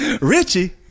Richie